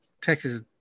Texas